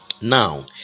now